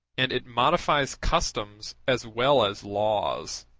and it modifies customs as well as laws.